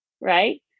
right